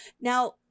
Now